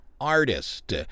artist